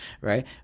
right